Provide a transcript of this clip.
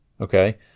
okay